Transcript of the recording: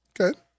Okay